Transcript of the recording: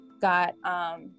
got